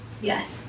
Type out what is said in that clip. Yes